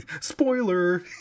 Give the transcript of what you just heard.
Spoiler